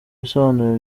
ibisobanuro